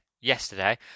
yesterday